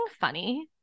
funny